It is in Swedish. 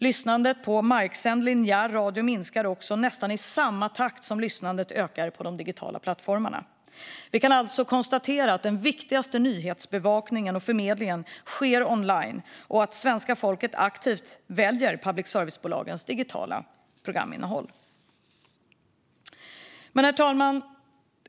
Lyssnandet på marksänd linjär radio minskar också, nästan i samma takt som lyssnandet ökar på de digitala plattformarna. Vi kan alltså konstatera att den viktigaste nyhetsförmedlingen sker online och att svenska folket aktivt väljer public service-bolagens digitala programinnehåll. Herr talman!